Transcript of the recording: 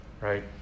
right